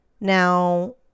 Now